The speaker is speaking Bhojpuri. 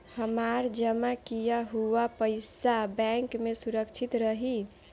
हमार जमा किया हुआ पईसा बैंक में सुरक्षित रहीं?